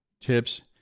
tips